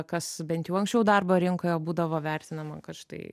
kas bent jau anksčiau darbo rinkoje būdavo vertinama kad štai